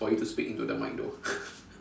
it's for you to speak into the mic though